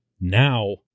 Now